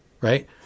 Right